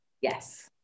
Yes